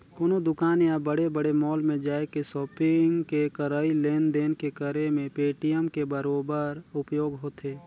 कोनो दुकान या बड़े बड़े मॉल में जायके सापिग के करई लेन देन के करे मे पेटीएम के बरोबर उपयोग होथे